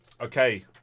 Okay